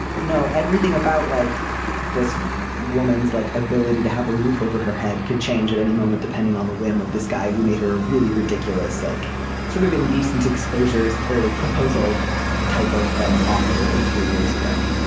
no everything about like this woman's like ability to have a roof over her head could change at any moment depending on the whim of this guy who made her really ridiculous like sort of indecent exposure as a proposal type of offer like three years ago.